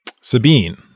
Sabine